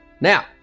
Now